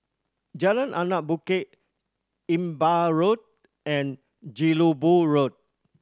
Jalan Anak Bukit Imbiah Road and Jelebu Road